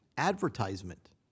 advertisement